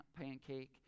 pancake